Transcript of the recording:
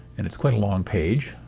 and it's quite a long page.